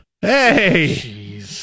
hey